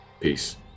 Peace